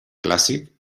clàssic